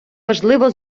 важливо